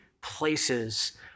places